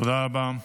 תודה רבה.